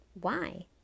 Why